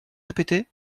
répéter